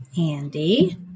Andy